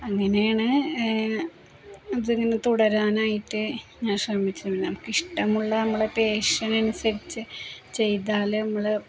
അങ്ങനെയാണ് അതിങ്ങനെ തുടരാനായിട്ടു ഞാൻ ശ്രമിച്ചത് നമുക്കിഷ്ടമുള്ള നമ്മളെ പേഷനനുസരിച്ചു ചെയ്താല് നമ്മള്